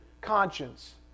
conscience